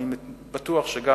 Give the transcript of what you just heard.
אני בטוח שגם,